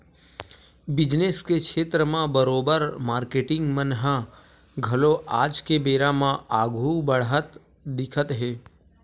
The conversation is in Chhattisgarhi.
बिजनेस के छेत्र म बरोबर मारकेटिंग मन ह घलो आज के बेरा म आघु बड़हत दिखत हे